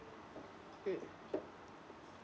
mm